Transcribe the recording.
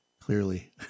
clearly